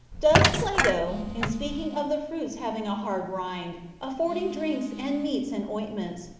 does plato, in speaking of the fruits having a hard rind, affording drinks and meats and ointments,